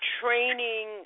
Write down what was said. training